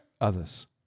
others